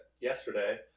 yesterday